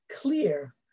clear